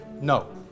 No